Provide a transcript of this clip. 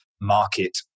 market